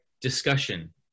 discussion